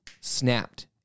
Snapped